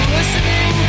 listening